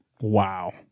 wow